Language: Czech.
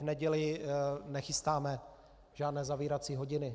V neděli nechystáme žádné zavírací hodiny.